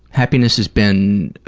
happiness has been